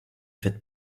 fêtes